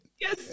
Yes